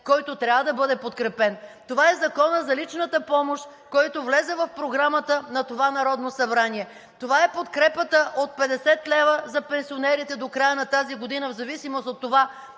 който трябва да бъде подкрепен. Това е Законът за личната помощ, който влезе в Програмата на това Народно събрание. Това е подкрепата от 50 лв. за пенсионерите до края на тази година в зависимост от това